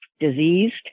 Diseased